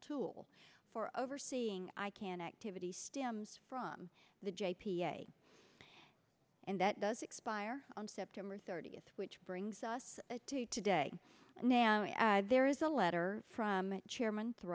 tool for overseeing icann activity stems from the j p a and that does expire on september thirtieth which brings us to today and now there is a letter from chairman thr